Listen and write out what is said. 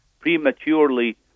prematurely